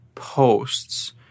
posts